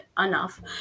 enough